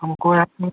हमको या तो